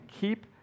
Keep